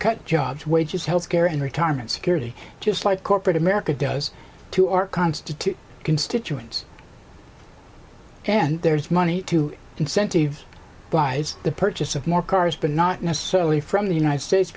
cut jobs wages health care and retirement security just like corporate america does to our constitute constituents and there's money to incentive buys the purchase of more cars but not necessarily from the united states